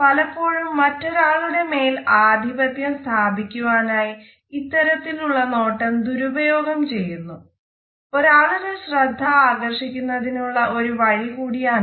പലപ്പോഴും മറ്റൊരാളുടെ മേൽ ആധിപത്യം സ്ഥാപിക്കുവാനായി ഇത്തരത്തിലുള്ള നോട്ടം ദുരുപയോഗം ചെയ്യുന്നു ഒരാളുടെ ശ്രദ്ധ ആകർഷിക്കുന്നതിനുള്ള ഒരു വഴി കൂടിയാണ് ഇത്